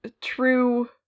true